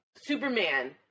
Superman